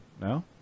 no